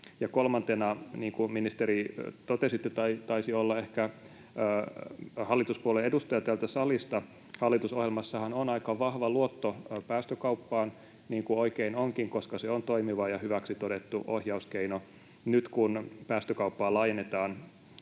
kolmantena: niin kuin, ministeri, totesitte — tai taisi olla ehkä hallituspuolueen edustaja täältä salista — hallitusohjelmassahan on aika vahva luotto päästökauppaan, niin kuin oikein onkin, koska se on toimiva ja hyväksi todettu ohjauskeino. Nyt kun päästökauppaa laajennetaan